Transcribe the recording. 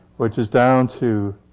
which is down to